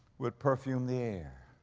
would perfume the.